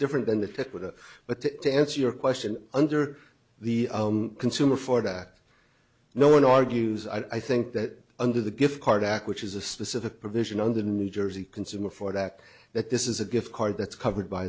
different than the to put a but to answer your question under the consumer for that no one argues i think that under the gift card act which is a specific provision of the new jersey consumer for that that this is a gift card that's covered by